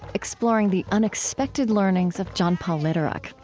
exploring the unexpected learnings of john paul lederach.